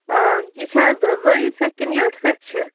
یہِ چھِ حظ زٲیِج سیٚکھ کِنہٕ ویٚٹھۍ سیٚکھ چھِ